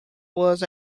was